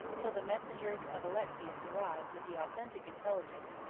till the messengers of alexius arrived with the authentic intelligence,